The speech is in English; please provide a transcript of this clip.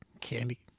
candy